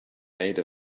made